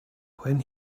when